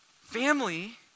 Family